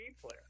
player